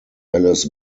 ellis